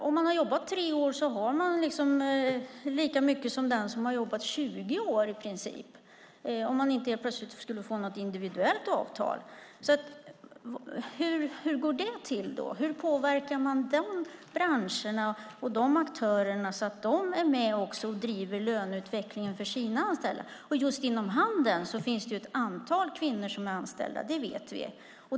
Om man har jobbat tre år har man lika mycket i lön som den som har jobbat 20 år i princip, om man inte helt plötsligt skulle få ett individuellt avtal. Hur går det till? Hur påverkar man de branscherna och de aktörerna, så att även de är med och driver löneutvecklingen för sina anställda? Just inom handeln finns det ett antal kvinnor som är anställda - det vet vi.